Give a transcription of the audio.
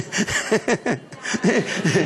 לא אומרים מילה.